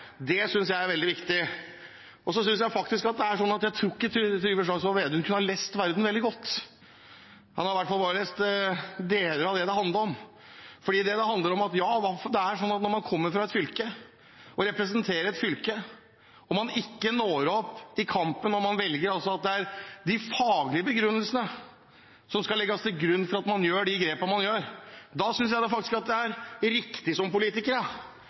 Det synes jeg er veldig viktig. Så tror jeg faktisk ikke Trygve Slagsvold Vedum kan ha lest Varden veldig godt. Han har i hvert fall bare lest deler av det det handler om, fordi det er sånn at når man kommer fra et fylke og representerer et fylke og ikke når opp i kampen, og man velger at det er de faglige begrunnelsene som skal legges til grunn for de grepene man gjør, da synes jeg faktisk det er riktig som